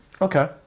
okay